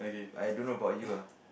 I don't know about you lah